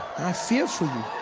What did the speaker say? i fear for you,